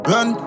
Run